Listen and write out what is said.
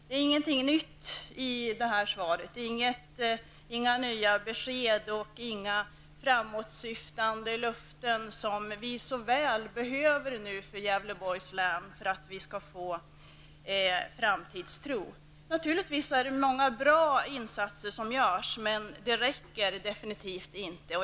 Det är ingenting nytt i svaret, inga nya besked och inga framåtsyftande löften, som vi så väl behöver nu för Gävleborgs län, för att vi skall få framtidstro. Naturligtvis är det många bra insatser som görs, men de räcker absolut inte.